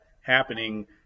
happening